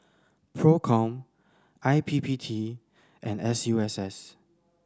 Procom I P P T and S U S S